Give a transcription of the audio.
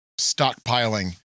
stockpiling